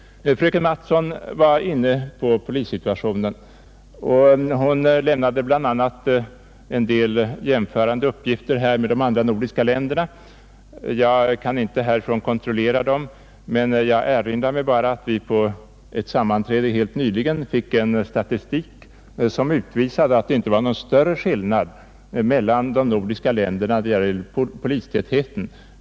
Fröken Mattson var inne på polissituationen och lämnade bl.a. en del uppgifter från de andra nordiska länderna. Jag kan inte härifrån kontrollera dessa uppgifter, men jag erinrar mig att vi på ett sammanträde helt nyligen fick en statistik som utvisade att det inte var någon större skillnad mellan de nordiska länderna i fråga om polistätheten.